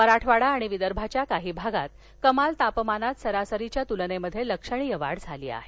मराठवाडा आणि विदर्भाच्या काही भागात कमाल तापमानात सरासरीच्या तुलनेत लक्षणीय वाढ झाली आहे